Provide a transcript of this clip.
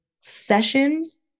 sessions